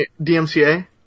DMCA